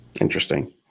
Interesting